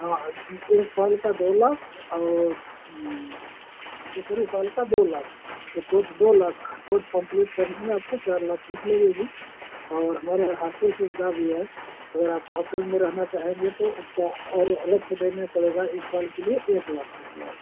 हाँ जी एक साल का दो लाख और दुसरे साल का दो लाख ये कोर्स दो लाख का है कोर्स कंप्लीट करने में आपको चार लाख फीस लगेगी और हमारे यहाँ हास्टल सुविधा भी है अगर आप हाॅस्टल में रहना चाहेंगे तो उसका और अलग से देने पड़ेगा एक साल के लिए एक लाख रुपये